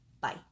Bye